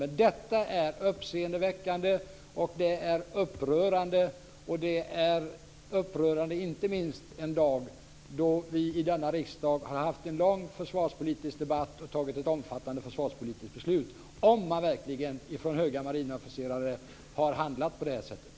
Men det är uppseendeväckande och upprörande - inte minst upprörande en dag då vi i denna riksdag har fört en lång försvarspolitisk debatt och fattat ett omfattande försvarspolitiskt beslut - om man verkligen från höga marinofficerare har handlat på det här sättet.